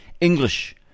English